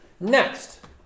Next